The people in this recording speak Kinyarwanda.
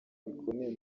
bikomeye